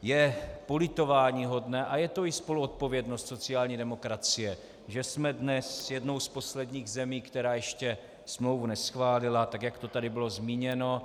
Je politováníhodné a je to i spoluodpovědnost sociální demokracie, že jsme dnes jednou z posledních zemí, která ještě smlouvu neschválila, tak jak to tady bylo zmíněno.